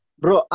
bro